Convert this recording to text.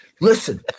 Listen